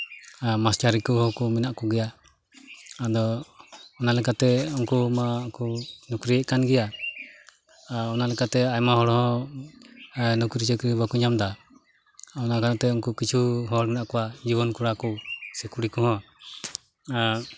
ᱟᱨ ᱢᱟᱥᱴᱟᱨᱤ ᱠᱚᱦᱚᱸ ᱠᱚ ᱢᱮᱱᱟᱜ ᱠᱚᱜᱮᱭᱟ ᱟᱫᱚ ᱚᱱᱟ ᱞᱮᱠᱟᱛᱮ ᱩᱱᱠᱩ ᱢᱟᱠᱚ ᱱᱚᱠᱨᱤᱭᱮᱜ ᱠᱟᱱ ᱜᱮᱭᱟ ᱟᱨ ᱚᱱᱟ ᱞᱮᱠᱟᱛᱮ ᱟᱭᱢᱟ ᱦᱚᱲ ᱦᱚᱸ ᱱᱩᱠᱨᱤ ᱪᱟᱹᱠᱨᱤ ᱵᱟᱠᱚ ᱧᱟᱢᱫᱟ ᱚᱱᱟ ᱫᱷᱟᱨᱮ ᱛᱮ ᱩᱱᱠᱩ ᱠᱤᱪᱷᱩ ᱦᱚᱲ ᱢᱮᱱᱟᱜ ᱠᱚᱣᱟ ᱡᱩᱣᱟᱹᱱ ᱠᱚᱲᱟ ᱠᱚ ᱥᱮ ᱠᱩᱲᱤ ᱠᱚᱦᱚᱸ